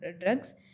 drugs